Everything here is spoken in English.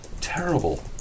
Terrible